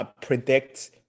Predict